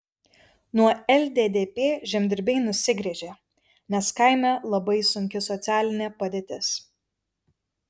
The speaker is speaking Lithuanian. nuo lddp žemdirbiai nusigręžė nes kaime labai sunki socialinė padėtis